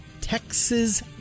Texas